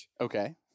okay